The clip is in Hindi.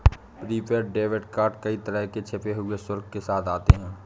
प्रीपेड डेबिट कार्ड कई तरह के छिपे हुए शुल्क के साथ आते हैं